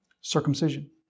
Circumcision